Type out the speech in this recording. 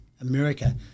America